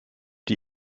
die